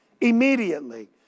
immediately